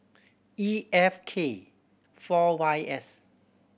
E F K four Y S